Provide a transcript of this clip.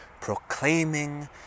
proclaiming